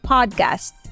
Podcast